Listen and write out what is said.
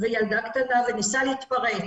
וילדה קטנה וניסה להתפרץ.